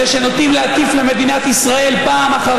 אלה שנוטים להטיף למדינת ישראל פעם אחר